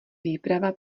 výprava